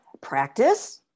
Practice